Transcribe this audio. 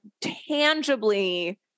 tangibly